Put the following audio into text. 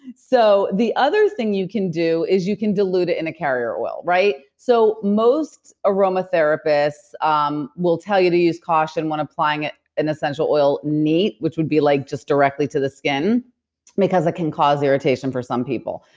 so the other thing you can do is you can dilute it in a carrier oil, right? so most aromatherapists um will tell you to use caution when applying it in essential oil nip which would be like just directly to the skin because it can cause irritation for some people.